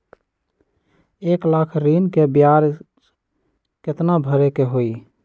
एक लाख ऋन के ब्याज केतना भरे के होई?